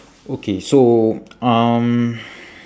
okay so um